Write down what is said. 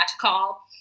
call